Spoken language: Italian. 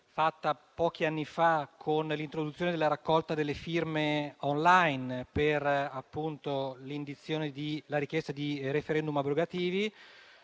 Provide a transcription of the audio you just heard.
fatta pochi anni fa con l'introduzione della raccolta delle firme *online* per l'indizione della richiesta di *referendum* abrogativi.